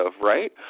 right